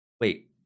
wait